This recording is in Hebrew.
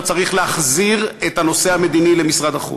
שאתה צריך להחזיר את הנושא המדיני למשרד החוץ.